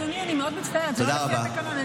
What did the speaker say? אדוני, אני מאוד מצטערת, זה לא לפי התקנון.